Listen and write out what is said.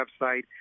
website